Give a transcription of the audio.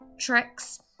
tricks